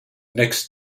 next